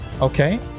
Okay